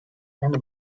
and